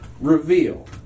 reveal